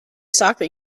soccer